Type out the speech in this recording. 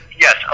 yes